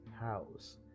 house